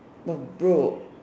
not bro